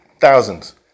thousands